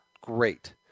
great